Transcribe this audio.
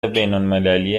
بینالمللی